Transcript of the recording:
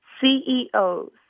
CEOs